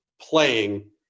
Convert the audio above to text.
playing